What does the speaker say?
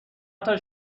حتی